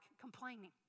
complaining